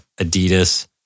Adidas